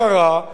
האמיתית,